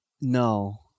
No